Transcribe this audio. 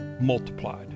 multiplied